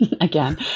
Again